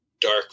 dark